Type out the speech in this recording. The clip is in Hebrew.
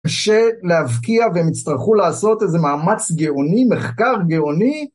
שלהבקיע, והם יצטרכו לעשות איזה מאמץ גאוני, מחקר גאוני.